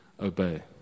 obey